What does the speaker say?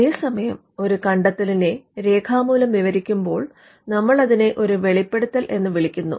അതേസമയം ഒരു കണ്ടെത്തലിനെ രേഖാമൂലം വിവരിക്കുമ്പോൾ നമ്മൾ അതിനെ ഒരു വെളിപ്പെടുത്തൽ എന്ന് വിളിക്കുന്നു